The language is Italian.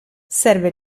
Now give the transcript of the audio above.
serve